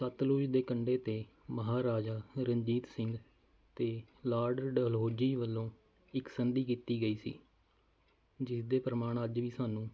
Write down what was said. ਸਤਲੁਜ ਦੇ ਕੰਢੇ 'ਤੇ ਮਹਾਰਾਜਾ ਰਣਜੀਤ ਸਿੰਘ ਅਤੇ ਲਾਰਡ ਡਲਹੋਜੀ ਵੱਲੋਂ ਇੱਕ ਸੰਧੀ ਕੀਤੀ ਗਈ ਸੀ ਜਿਸ ਦੇ ਪ੍ਰਮਾਣ ਅੱਜ ਵੀ ਸਾਨੂੰ